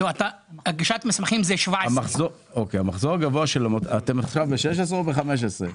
הגשת מסמכים, זה 17. אתם עכשיו ב-16 או ב-15?